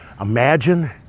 imagine